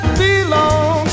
belongs